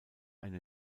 eine